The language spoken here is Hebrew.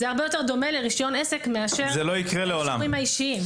זה הרבה יותר דומה לרישיון עסק מאשר הנושאים האישיים.